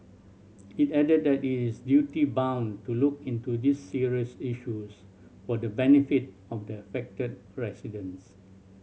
it added that it is duty bound to look into these serious issues for the benefit of the affected residents